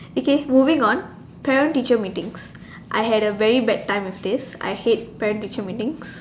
okay moving on parent teacher meetings I had a very bad time with this I hate parent teacher meetings